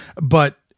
but-